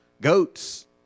goats